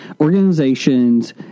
organizations